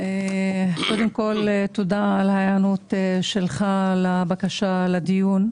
קודם כול, תודה על ההיענות שלך לבקשה לדיון.